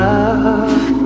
Love